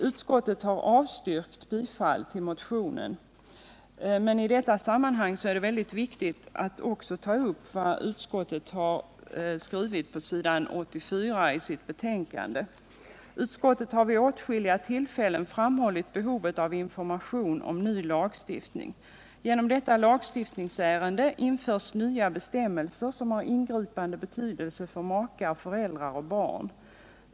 Utskottet har därför avstyrkt bifall till motionen. I detta sammanhang är det viktigt att också ta upp vad utskottet har skrivit på s. 84 i betänkandet: ”Utskottet har vid åtskilliga tillfällen framhållit behovet av information om ny lagstiftning. Genom detta lagstiftningsärende införs nya bestämmelser som har ingripande betydelse för makar, föräldrar och barn.